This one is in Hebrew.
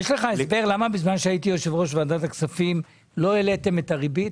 יש לך הסבר למה בזמן שהייתי יושב-ראש ועדת הכספים לא העליתם את הריבית,